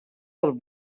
del